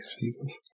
Jesus